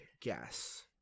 guess